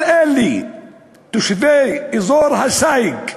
כל אלה תושבי אזור הסייג,